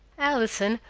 allison,